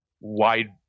wide